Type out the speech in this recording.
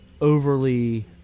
overly